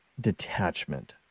detachment